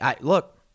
look